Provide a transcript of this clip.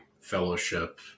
fellowship